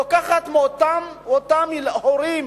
לוקחת מאותם הורים